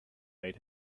made